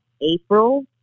April